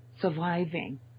surviving